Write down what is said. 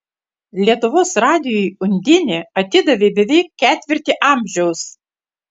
lietuvos radijui undinė atidavė beveik ketvirtį amžiaus